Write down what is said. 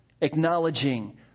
acknowledging